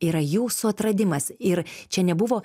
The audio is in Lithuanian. yra jūsų atradimas ir čia nebuvo